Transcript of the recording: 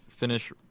Finish